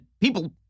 people